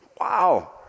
Wow